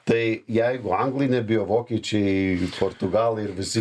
tai jeigu anglai nebijo vokiečiai portugalai ir visi